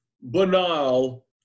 banal